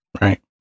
Right